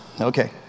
Okay